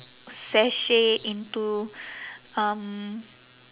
sashay into um